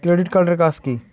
Credit card এর কাজ কি?